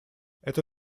это